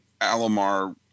Alomar